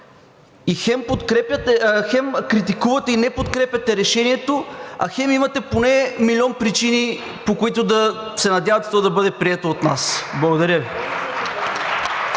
Хем критикувате и не подкрепяте решението, а хем имате поне милион причини, по които да се надявате то да бъде прието от нас. Благодаря Ви.